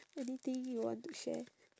anything you want to share